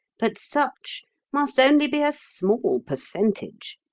but such must only be a small percentage.